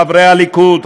חברי הליכוד,